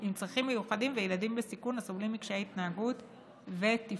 עם צרכים מיוחדים וילדים בסיכון הסובלים מקשיי התנהגות ותפקוד.